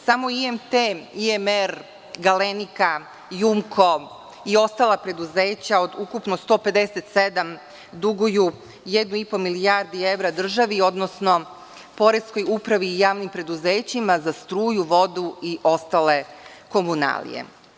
Samo IMT, IMR „Galenika“, „Jumko“ i ostala preduzeća, od ukupno 157, duguju jednu i po milijardi evra državi, odnosno Poreskoj upravi i javnim preduzećima za struju, vodu i ostale komunalije.